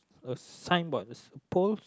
a sign board there's a post